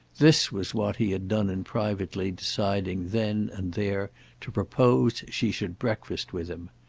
this was what he had done in privately deciding then and there to propose she should breakfast with him.